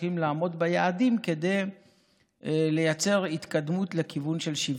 צריכים לעמוד ביעדים כדי לייצר התקדמות לכיוון של שוויון.